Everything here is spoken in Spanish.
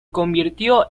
convirtió